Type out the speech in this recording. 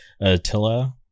Attila